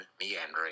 meandering